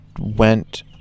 went